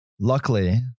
Luckily